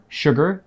sugar